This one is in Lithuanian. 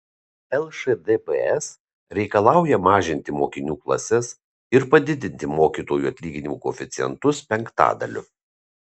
lšdps reikalauja mažinti mokinių klases ir padidinti mokytojų atlyginimų koeficientus penktadaliu